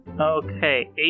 Okay